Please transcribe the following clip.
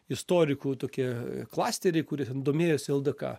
istorikų tokie klasteriai kurie domėjosi eldėka